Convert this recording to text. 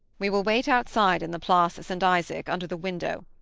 we will wait outside in the place st. isaac, under the window.